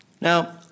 Now